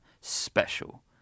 special